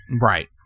Right